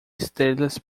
estrelas